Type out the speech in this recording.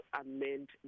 amend